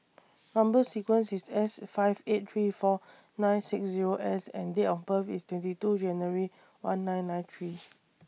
Number sequence IS S five eight three four nine six Zero S and Date of birth IS twenty two January one nine nine three's